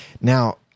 Now